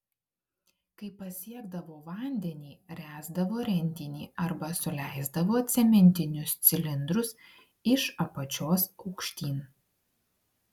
kai pasiekdavo vandenį ręsdavo rentinį arba suleisdavo cementinius cilindrus iš apačios aukštyn